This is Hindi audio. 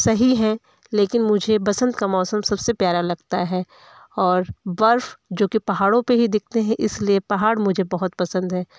सही हैं लेकिन मुझे बसंत का मौसम सबसे प्यारा लगता है और बर्फ़ जो कि पहाड़ों पे ही दिखती है इसलिए पहाड़ मुझे बहुत पसंद है